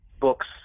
books